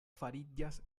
fariĝas